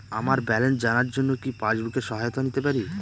আমার ব্যালেন্স জানার জন্য কি পাসবুকের সহায়তা নিতে পারি?